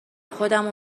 خودمو